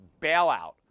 bailout